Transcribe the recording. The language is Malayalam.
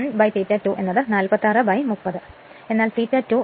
അതിനാൽ 1 ∅ 2 46 30